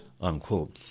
unquote